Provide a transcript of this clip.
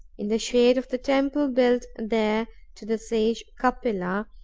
in the shade of the temple built there to the sage kapila,